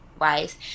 wise